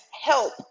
help